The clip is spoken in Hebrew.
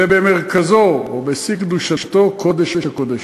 ובמרכזו, או בשיא קדושתו, קודש-הקודשים,